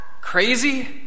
crazy